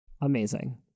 amazing